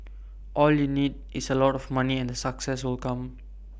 all you need is A lot of money and the success will come